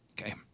Okay